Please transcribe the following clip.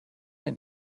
and